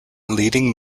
leading